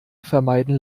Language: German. vermeiden